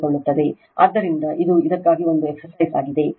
ಆದ್ದರಿಂದ ಇದು ಇದಕ್ಕಾಗಿ ಒಂದು exercise ಆಗಿದೆ